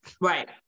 Right